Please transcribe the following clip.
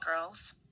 girls